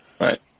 Right